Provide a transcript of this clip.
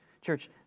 Church